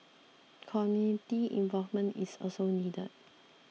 community involvement is also needed